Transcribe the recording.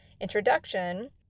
introduction